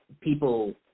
people